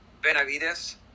Benavides